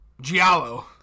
Giallo